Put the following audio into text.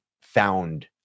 found